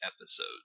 episodes